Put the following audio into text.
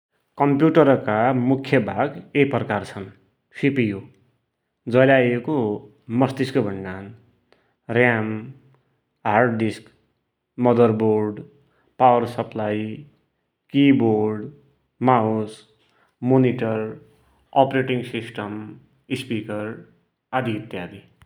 कम्प्युटरका मुख्य भाग एइ प्रकार छन्: सी पी यु, जैलाइ एइको मस्तिष्क भुण्डान, RAM, hard disk, motherboard, power supply, keyboard, mouse, monitor, operating system, speaker आदि इत्यादि ।